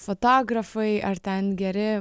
fotografai ar ten geri